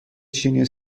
چینی